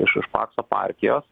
iš iš pakso partijos